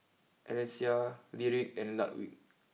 Alesia Lyric and Ludwig